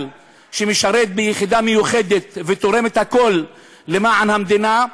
שמשרת ביחידה מיוחדת ותורם את הכול למען המדינה.